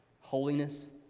Holiness